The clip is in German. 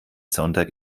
sonntag